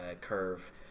curve